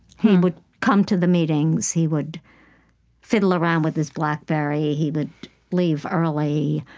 he and would come to the meetings. he would fiddle around with his blackberry. he would leave early.